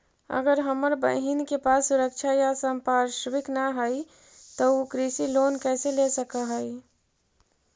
अगर हमर बहिन के पास सुरक्षा या संपार्श्विक ना हई त उ कृषि लोन कईसे ले सक हई?